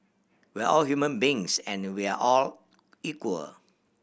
we're all human beings and we all are equal